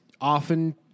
often